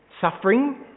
suffering